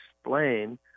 explain